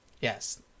yes